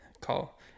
call